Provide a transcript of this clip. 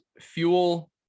fuel